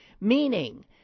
meaning